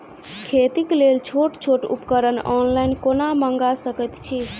खेतीक लेल छोट छोट उपकरण ऑनलाइन कोना मंगा सकैत छी?